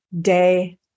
day